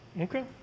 Okay